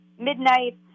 midnight